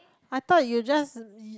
I thought you just you